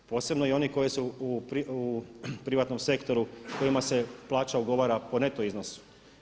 Posebno i oni koji su privatnom sektoru, kojima se plaća ugovara po neto iznosu.